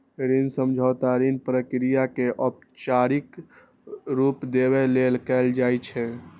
ऋण समझौता ऋण प्रक्रिया कें औपचारिक रूप देबय लेल कैल जाइ छै